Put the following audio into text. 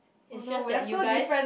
it's just that you guys